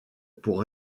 pour